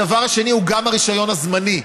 הדבר השני הוא גם הרישיון הזמני.